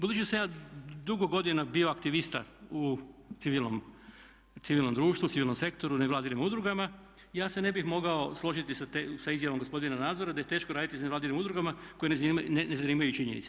Budući da sam ja dugo godina bio aktivista u civilnom društvu, civilnom sektoru, nevladinim udrugama ja se ne bih mogao složiti sa izjavom gospodina Nazora da je teško raditi s nevladinim udrugama koje ne zanimaju činjenice.